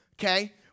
Okay